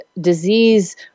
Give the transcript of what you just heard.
disease